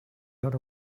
got